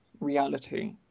reality